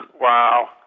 Wow